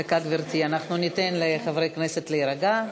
דקה, גברתי, ניתן לחברי הכנסת להירגע.